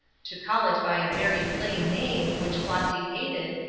to call it by a very plain name, which flossy hated,